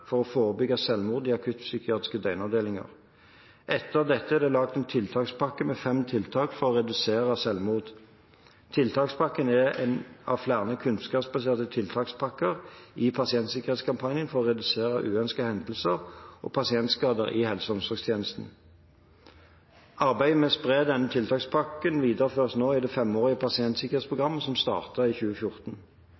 for å forebygge selvmord i akuttpsykiatriske døgnavdelinger. Etter dette er det laget en tiltakspakke med fem tiltak for å redusere selvmord. Tiltakspakken er én av flere kunnskapsbaserte tiltakspakker i pasientsikkerhetskampanjen for å redusere uønskede hendelser og pasientskader i helse- og omsorgstjenesten. Arbeidet med å spre denne tiltakspakken videreføres nå i det